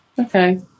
Okay